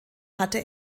hatte